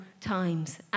times